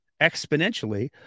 exponentially